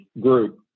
group